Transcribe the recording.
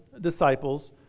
disciples